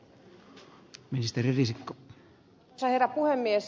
arvoisa herra puhemies